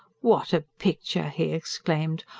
what a picture! he exclaimed.